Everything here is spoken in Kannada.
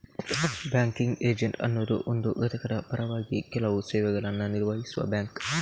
ಬ್ಯಾಂಕಿಂಗ್ ಏಜೆಂಟ್ ಅನ್ನುದು ಒಂದು ಘಟಕದ ಪರವಾಗಿ ಕೆಲವು ಸೇವೆಗಳನ್ನ ನಿರ್ವಹಿಸುವ ಬ್ಯಾಂಕ್